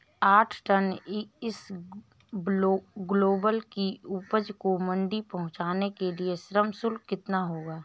आठ टन इसबगोल की उपज को मंडी पहुंचाने के लिए श्रम शुल्क कितना होगा?